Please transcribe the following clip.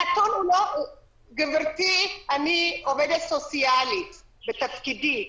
גברתי, אני עובדת סוציאלית בתפקידי.